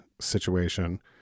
situation